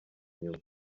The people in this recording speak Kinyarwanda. nyuma